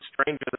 stranger